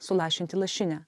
sulašinti lašinę